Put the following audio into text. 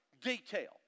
detail